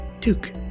Duke